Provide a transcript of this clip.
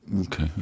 Okay